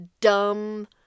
dumb